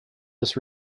this